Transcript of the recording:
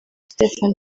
stephen